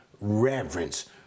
reverence